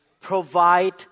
provide